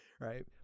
Right